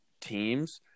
teams –